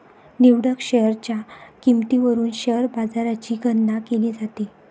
निवडक शेअर्सच्या किंमतीवरून शेअर बाजाराची गणना केली जाते